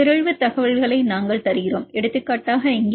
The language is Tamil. பிறழ்வு தகவலை நாங்கள் தருகிறோம் எடுத்துக்காட்டாக இங்கே K91R